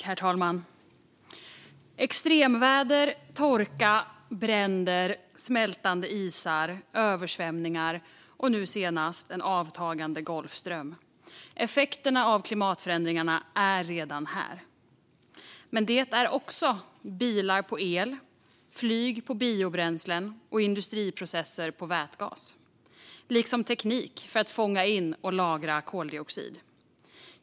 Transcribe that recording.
Herr talman! Extremväder, torka, bränder, smältande isar, översvämningar och nu senast en avtagande golfström - effekterna av klimatförändringarna är redan här. Men det är också bilar på el, flyg på biobränslen och industriprocesser på vätgas, liksom teknik för att fånga in och lagra koldioxid.